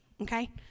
Okay